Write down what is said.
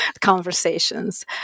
conversations